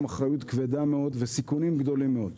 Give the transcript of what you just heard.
אחריות כבדה מאוד וסיכונים גדולים מאוד.